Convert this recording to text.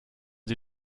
sie